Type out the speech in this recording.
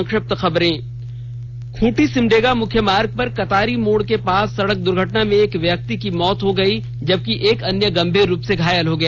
संक्षिप्त खबरें खूंटि सिमडेगा मुख्य मार्ग पर कतारी मोड़ के पास सड़क दुर्घटना में एक व्यक्ति की मौत हो गई जबकि एक अन्य गंभीर रूप से घायल हो गया